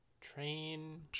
Train